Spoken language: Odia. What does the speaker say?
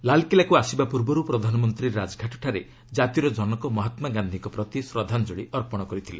ଲାଲ୍କିଲ୍ଲାକୁ ଆସିବା ପୂର୍ବରୁ ପ୍ରଧାନମନ୍ତ୍ରୀ ରାଜଘାଟ୍ଠାରେ କାତିର କ୍ରନକ ମହାତ୍ମାଗାନ୍ଧିଙ୍କ ପ୍ରତି ଶ୍ରଦ୍ଧାଞ୍ଜଳି ଅର୍ପଣ କରିଥିଲେ